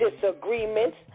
disagreements